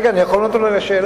רגע, אני יכול לענות על השאלה?